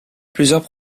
plusieurs